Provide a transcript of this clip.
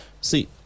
see